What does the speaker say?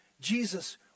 Jesus